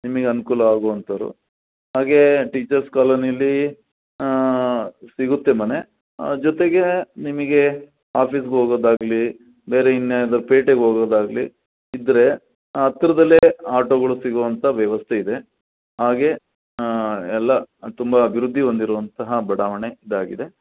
ನಿಮಿಗೆ ಅನುಕೂಲ ಆಗುವಂಥೋರು ಹಾಗೇ ಟೀಚರ್ಸ್ ಕಾಲೋನಿಯಲ್ಲಿ ಸಿಗುತ್ತೆ ಮನೆ ಜೊತೆಗೆ ನಿಮಗೆ ಆಫೀಸ್ಗೆ ಹೋಗೋದಾಗ್ಲಿ ಬೇರೆ ಇನ್ನೇನಾದ್ರೂ ಪೇಟೆಗೆ ಹೋಗೋದಾಗ್ಲಿ ಇದ್ದರೆ ಹಾಂ ಹತ್ರದಲ್ಲೇ ಆಟೋಗಳು ಸಿಗುವಂಥ ವ್ಯವಸ್ಥೆ ಇದೆ ಹಾಗೆ ಎಲ್ಲ ತುಂಬ ಅಭಿವೃದ್ಧಿ ಹೊಂದಿರುವಂತಹ ಬಡಾವಣೆ ಇದಾಗಿದೆ